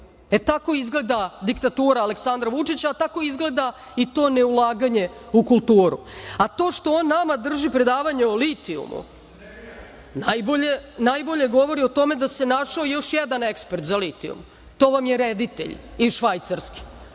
E, tako izgleda diktatura Aleksandra Vučića, a tako izgleda i to ne ulaganje u kulturu. A, to što on nama drži predavanje o litijumu, najbolje govori o tome da se našao još jedan ekspert za litijum. To vam je reditelj iz Švajcarske.